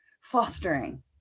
fostering